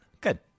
Good